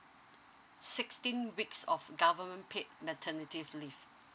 sixteen weeks of government paid maternity leave